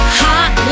hot